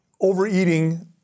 Overeating